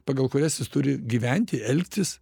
pagal kurias jis turi gyventi elgtis